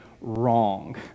wrong